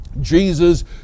Jesus